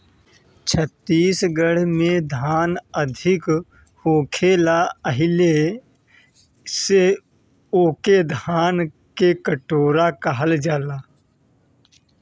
छत्तीसगढ़ में धान अधिका होखेला एही से ओके धान के कटोरा कहल जाला